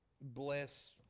bless